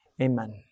Amen